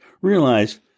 realize